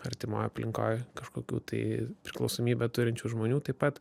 artimoj aplinkoj kažkokių tai priklausomybę turinčių žmonių taip pat